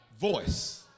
voice